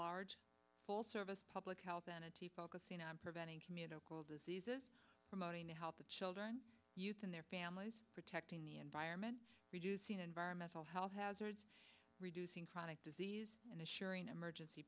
large full service public health and a t focusing on preventing communicable diseases promoting to help the children youth and their families protecting the environment reducing environmental health hazards reducing chronic disease and assuring emergency